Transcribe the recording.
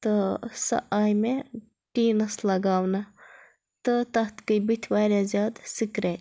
تہٕ سۄ آے مےٚ ٹیٖنَس لَگاونہٕ تہٕ تَتھ گٔے بُتھہِ واریاہ زیادٕ سِکریچ